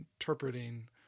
interpreting